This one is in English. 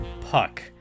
puck